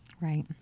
Right